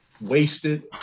wasted